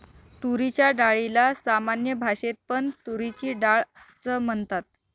तुरीच्या डाळीला सामान्य भाषेत पण तुरीची डाळ च म्हणतात